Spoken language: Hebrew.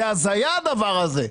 זאת הזיה הדבר הזה.